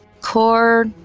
Core